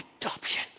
adoption